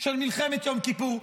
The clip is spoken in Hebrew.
של מלחמת יום כיפור,